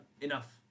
enough